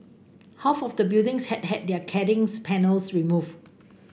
half of the buildings had had their cladding panels removed